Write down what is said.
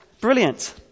brilliant